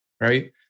right